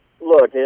look